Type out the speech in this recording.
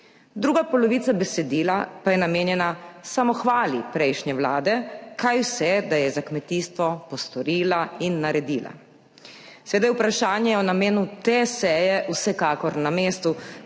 Druga polovica besedila pa je namenjena samohvali prejšnje Vlade, kaj vse da je za kmetijstvo postorila in naredila. Seveda je vprašanje o namenu te seje vsekakor na mestu,